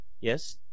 Yes